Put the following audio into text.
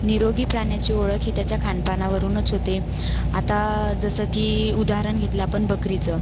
निरोगी प्राण्याची ओळख ही त्याच्या खानपानावरूनच होते आता जसं की उदाहरण घेतलं आपण बकरीचं